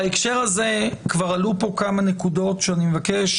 בהקשר הזה כבר עלו פה כמה נקודות ואני מבקש